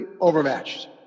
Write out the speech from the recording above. overmatched